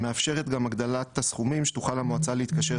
ומאפשרת הגדלת הסכומים שתוכל המועצה להתקשר